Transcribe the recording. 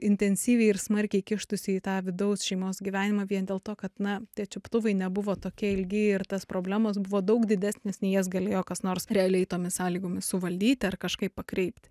intensyviai ir smarkiai kištųsi į tą vidaus šeimos gyvenimą vien dėl to kad na tie čiuptuvai nebuvo tokie ilgi ir tos problemos buvo daug didesnės nei jas galėjo kas nors realiai tomis sąlygomis suvaldyti ar kažkaip pakreipti